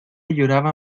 lloraba